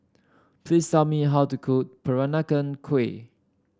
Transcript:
please tell me how to cook Peranakan Kueh